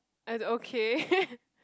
either okay